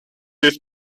das